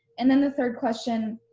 and then the third question,